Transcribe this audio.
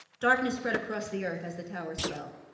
darkness spread across the earth as the towers fell.